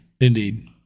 Indeed